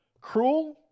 Cruel